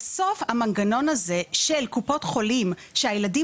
בתוך המנגנון הזה של קופות-חולים שהילדים